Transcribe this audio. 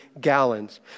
gallons